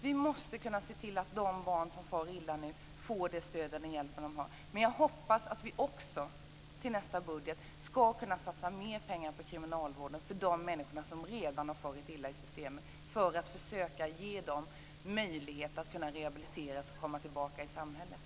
Vi måste kunna se till att de barn som far illa får stöd och hjälp. Men jag hoppas också att vi till nästa budget ska kunna satsa mer pengar på kriminalvården och de människor som redan har farit illa i systemet för att försöka ge dem möjlighet att rehabiliteras och komma tillbaka i samhället.